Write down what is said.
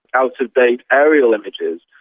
out-of-date aerial images,